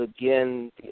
again